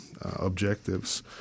objectives